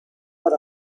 por